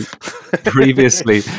previously